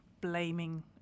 blaming